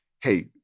hey